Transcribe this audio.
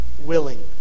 willing